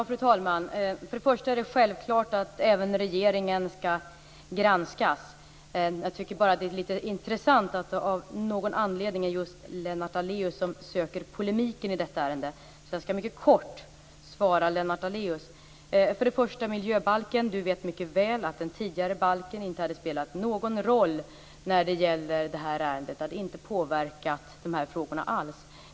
Fru talman! Självklart skall även regeringen granskas. Jag tycker att det är intressant att det av någon anledning är just Lennart Daléus som söker polemiken i detta ärende. Jag skall mycket kort ge svar till Lennart Daléus. Lennart Daléus vet mycket väl att den tidigare miljöbalken inte hade spelat någon roll när det gäller detta ärende. Den hade inte påverkat dessa frågor alls.